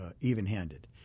even-handed